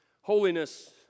Holiness